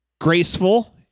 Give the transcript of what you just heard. Graceful